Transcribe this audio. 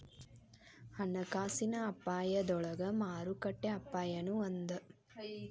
ಹಣಕಾಸಿನ ಅಪಾಯದೊಳಗ ಮಾರುಕಟ್ಟೆ ಅಪಾಯನೂ ಒಂದ್